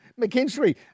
McKinstry